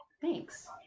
Thanks